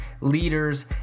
leaders